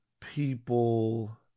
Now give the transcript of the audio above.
people